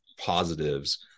positives